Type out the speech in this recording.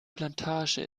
plantage